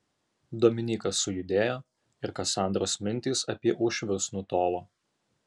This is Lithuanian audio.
dominykas sujudėjo ir kasandros mintys apie uošvius nutolo